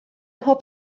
mhob